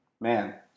man